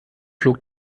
flog